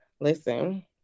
Listen